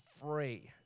free